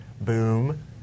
boom